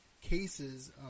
cases